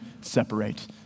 separate